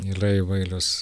yra įvairios